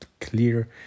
clear